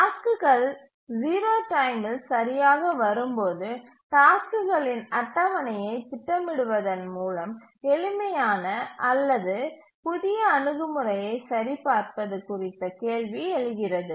டாஸ்க்குகள் டைம 0 வில் சரியாக வரும்போது டாஸ்க்குகளின் அட்டவணையைத் திட்டமிடுவதன் மூலம் எளிமையான அல்லது புதிய அணுகுமுறையைச் சரிபார்ப்பது குறித்த கேள்வி எழுகிறது